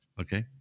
Okay